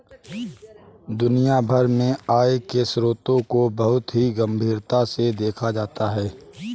दुनिया भर में आय के स्रोतों को बहुत ही गम्भीरता से देखा जाता है